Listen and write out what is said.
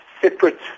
separate